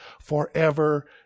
forever